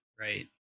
right